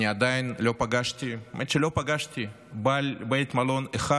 האמת היא שעדיין שלא פגשתי בעל בית מלון אחד